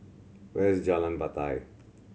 where is Jalan Batai